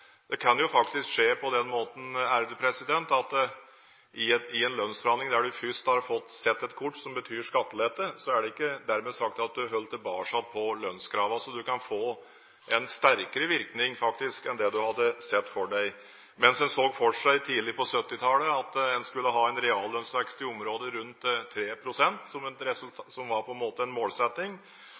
Det kan faktisk skje på den måten at i en lønnsforhandling der en først har fått se et kort som betyr skattelette, er det ikke dermed sagt at en holder tilbake på lønnskravene. Så en kan faktisk få en sterkere virkning enn den en har sett for seg. Mens en tidlig på 1970-tallet så for seg at en skulle ha en reallønnsvekst i området rundt 3 pst., som på en måte var en målsetting, viste ettertiden at en